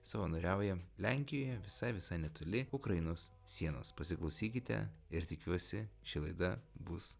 savanoriauja lenkijoje visai visai netoli ukrainos sienos pasiklausykite ir tikiuosi ši laida bus